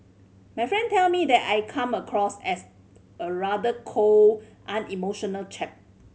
my friend tell me that I come across as a rather cold unemotional chap